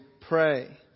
pray